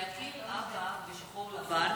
להכיר אבא בשחור לבן,